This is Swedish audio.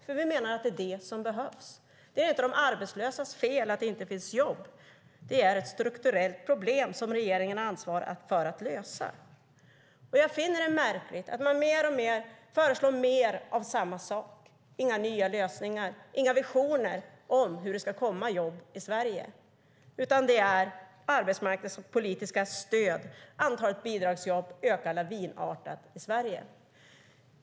Vi menar nämligen att det är det som behövs. Det är inte de arbetslösas fel att det inte finns jobb. Det är ett strukturellt problem som regeringen har ansvar för att lösa. Jag finner det märkligt att man föreslår mer av samma sak. Det finns inga nya lösningar, inga visioner om hur det ska komma jobb i Sverige, utan det är arbetsmarknadspolitiska stöd. Antalet bidragsjobb ökar lavinartat i Sverige.